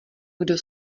kdo